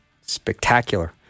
spectacular